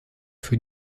für